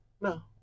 no